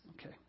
Okay